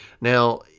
Now